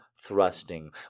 thrusting